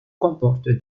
comporte